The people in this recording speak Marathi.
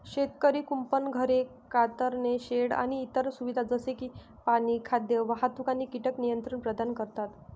शेतकरी कुंपण, घरे, कातरणे शेड आणि इतर सुविधा जसे की पाणी, खाद्य, वाहतूक आणि कीटक नियंत्रण प्रदान करतात